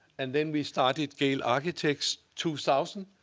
and then we started gehl architects, two thousand,